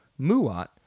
Muat